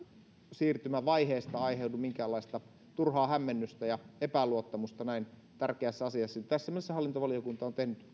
siirtymävaiheesta aiheudu minkäänlaista turhaa hämmennystä ja epäluottamusta näin tärkeässä asiassa tässä mielessä hallintovaliokunta on tehnyt